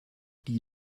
die